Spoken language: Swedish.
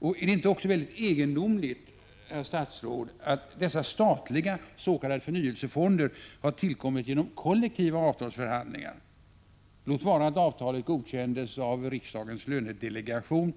Är det inte också egendomligt, herr statsråd, att dessa statliga s.k. förnyelsefonder har tillkommit genom kollektiva avtalsförhandlingar, låt vara att avtalet godkändes av riksdagens lönedelegation?